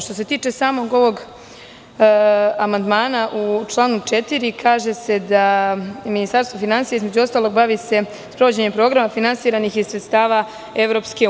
Što se tiče samog ovog amandmana, u članu 4. se kaže da Ministarstvo finansija, između ostalog, bavi se sprovođenjem programa finansiranih iz sredstava EU.